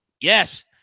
yes